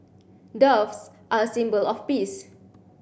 doves are a symbol of peace